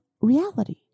reality